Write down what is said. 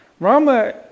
Rama